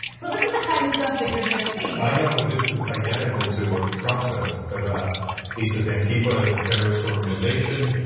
so this is the kind of stuff that your gonna see. i know but this is identical to what trump says. he says antifa is a terrorist organization.